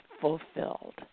fulfilled